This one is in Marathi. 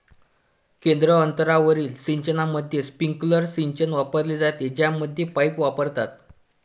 केंद्र अंतरावरील सिंचनामध्ये, स्प्रिंकलर सिंचन वापरले जाते, ज्यामध्ये पाईप्स वापरतात